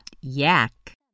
YAK